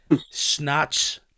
snatch